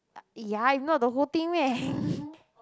ya if not the whole thing